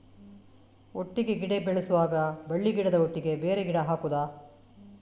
ಒಟ್ಟಿಗೆ ಗಿಡ ಬೆಳೆಸುವಾಗ ಬಳ್ಳಿ ಗಿಡದ ಒಟ್ಟಿಗೆ ಬೇರೆ ಗಿಡ ಹಾಕುದ?